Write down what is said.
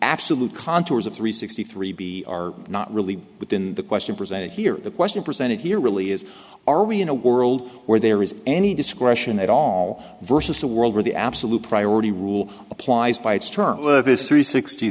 absolute contours of three sixty three b are not really within the question presented here the question presented here really is are we in a world where there is any discretion at all versus a world where the absolute priority rule applies by its terms this three sixty